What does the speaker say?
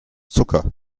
zucker